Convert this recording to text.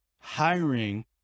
hiring